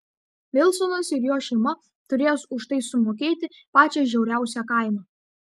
vilsonas ir jo šeima turės už tai sumokėti pačią žiauriausią kainą